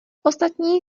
ostatní